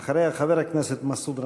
ואחריה, חבר הכנסת מסעוד גנאים.